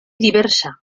diversa